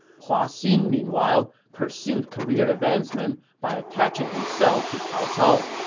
hua xin, meanwhile, pursued career advancement by attaching himself to cao cao,